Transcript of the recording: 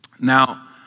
Now